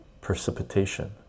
precipitation